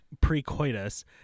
pre-coitus